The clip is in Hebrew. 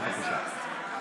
בבקשה.